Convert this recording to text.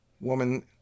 woman